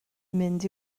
mynd